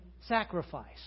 sacrifice